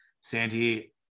sandy